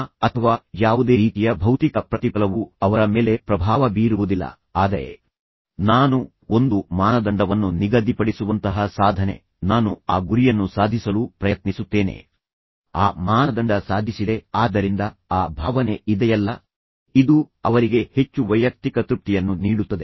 ಹಣ ಅಥವಾ ಯಾವುದೇ ರೀತಿಯ ಭೌತಿಕ ಪ್ರತಿಫಲವು ಅವರ ಮೇಲೆ ಪ್ರಭಾವ ಬೀರುವುದಿಲ್ಲ ಆದರೆ ನಾನು ಒಂದು ಮಾನದಂಡವನ್ನು ನಿಗದಿಪಡಿಸುವಂತಹ ಸಾಧನೆ ನಾನು ಆ ಗುರಿಯನ್ನು ಸಾಧಿಸಲು ಪ್ರಯತ್ನಿಸುತ್ತೇನೆ ಆ ಮಾನದಂಡ ಮತ್ತು ನಾನು ಅದನ್ನು ಸಾಧಿಸಿದೆ ಆದ್ದರಿಂದ ಆ ಭಾವನೆ ಇದೆಯಲ್ಲ ಇದು ಅವರಿಗೆ ಹೆಚ್ಚು ವೈಯಕ್ತಿಕ ತೃಪ್ತಿಯನ್ನು ನೀಡುತ್ತದೆ